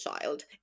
child